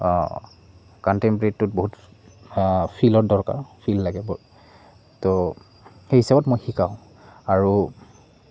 কণ্টেম্পৰেৰীটোত বহুত ফিলৰ দৰকাৰ ফিল লাগে তো সেই হিচাপত মই শিকাওঁ আৰু